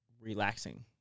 relaxing